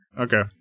Okay